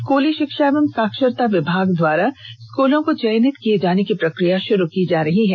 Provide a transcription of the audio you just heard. स्कूली षिक्षा एवं साक्षरता विभाग द्वारा स्कूलों को चयनित किये जाने की प्रक्रिया शुरू की जा रही है